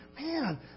Man